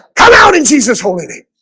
come out in jesus holy name